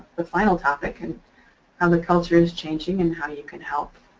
the final topic, and how the culture is changing and how you can help.